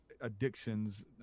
addictions